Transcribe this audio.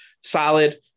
solid